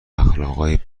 اخلاقای